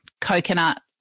coconut